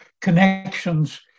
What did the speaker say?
connections